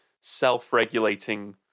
self-regulating